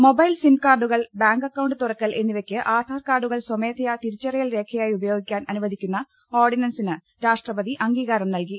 mobile SIM കാർഡുകൾ bank account തുറക്കൽ എന്നിവയ്ക്ക് ആധാർ കാർഡുകൾ സ്വമേധയാ തിരിച്ചറിയൽ രേഖയായി ഉപയോഗിക്കാൻ അനുവദിക്കുന്ന ഓർഡിനൻസിന് രാഷ്ട്രപതി അംഗീകാരം നൽകി